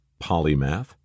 polymath